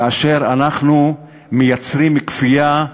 כאשר אנחנו מייצרים כפייה,